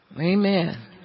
Amen